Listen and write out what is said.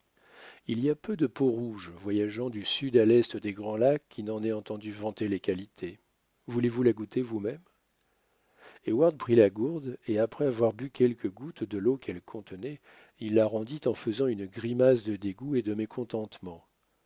il y a peu de peaux-rouges voyageant du sud à l'est des grands lacs qui n'en aient entendu vanter les qualités voulez-vous la goûter vous-même heyward prit la gourde et après avoir bu quelques gouttes de l'eau qu'elle contenait il la rendit en faisant une grimace de dégoût et de